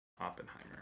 Oppenheimer